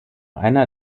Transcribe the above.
einer